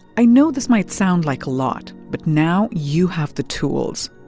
i know this might sound like a lot, but now you have the tools.